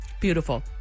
Beautiful